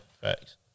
Facts